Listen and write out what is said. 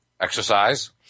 exercise